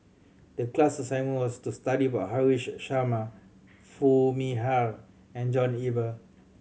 the class assignment was to study about Haresh Sharma Foo Mee Har and John Eber